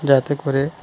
যাতে করে